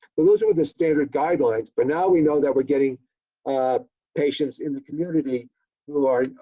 but those are with the standard guidelines but now we know that we're getting ah patients in the community who are,